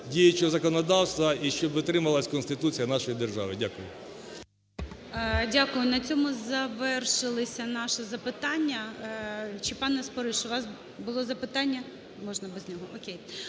діючого законодавства і щоб дотримувалась Конституція нашої держави. Дякую.